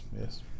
yes